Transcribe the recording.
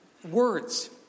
Words